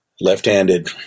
left-handed